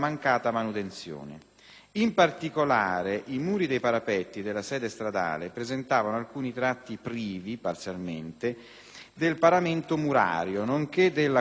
In particolare, i muri dei parapetti della sede stradale presentavano alcuni tratti privi, parzialmente, del paramento murario nonché della copertina di coronamento.